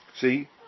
See